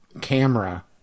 camera